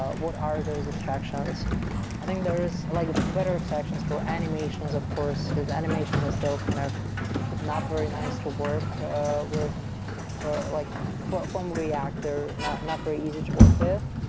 what are those abstractions i think there is like better abstractions for animations of course, because animations are still kind of not very nice to work with for like for from react. they're not not very easy to work with.